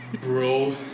Bro